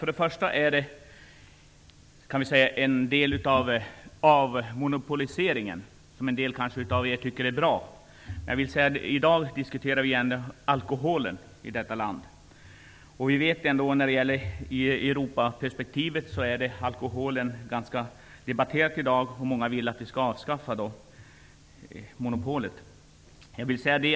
Först och främst är detta en del av avmonopoliseringen, som en del av er kanske tycker är bra. I dag diskuterar vi alkoholen i vårt land. Alkoholen debatteras också flitigt i ett Europaperspektiv, och många vill att vi skall avskaffa monopolet.